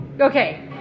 okay